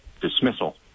dismissal